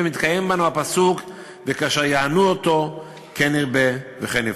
ומתקיים בנו הפסוק: "וכאשר יענו אותו כן ירבה וכן יפרֹץ".